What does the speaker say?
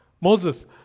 moses